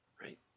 right